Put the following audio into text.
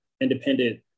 independent